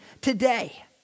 today